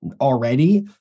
already